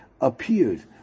appeared